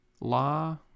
law